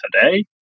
today